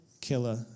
killer